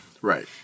Right